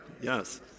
Yes